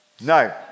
No